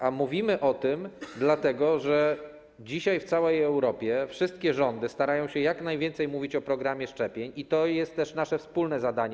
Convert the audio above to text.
A mówimy o tym dlatego, że dzisiaj w całej Europie wszystkie rządy starają się jak najwięcej mówić o programie szczepień, i to jest nasze wspólne zadanie.